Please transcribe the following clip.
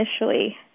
initially